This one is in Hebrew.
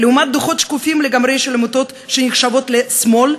לעומת דוחות שקופים לגמרי של עמותות שנחשבות שמאל,